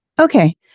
Okay